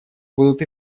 будут